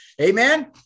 Amen